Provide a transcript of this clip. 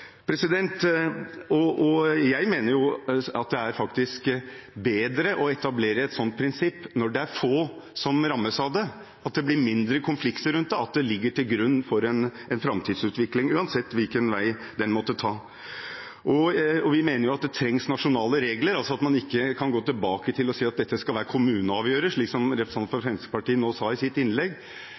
Jeg mener at det er bedre å etablere et slikt prinsipp når det er få som rammes av det, at det da blir mindre konflikt rundt det, og at det ligger til grunn for en framtidsutvikling uansett hvilken vei den måtte ta. Vi mener at det trengs nasjonale regler, at man ikke skal kunne gå tilbake og si at dette skal hver kommune avgjøre, som representanten fra Fremskrittspartiet nå sa i sitt innlegg.